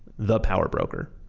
the power broker.